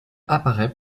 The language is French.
apparaît